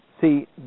See